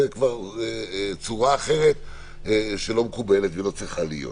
זה כבר צורה אחרת שלא מקובלת ולא צריכה להיות.